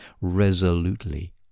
resolutely